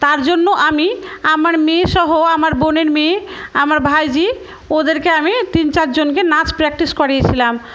তার জন্য আমি আমার মেয়ে সহ আমার বোনের মেয়ে আমার ভাইঝি ওদেরকে আমি তিন চারজনকে নাচ প্র্যাকটিস করিয়েছিলাম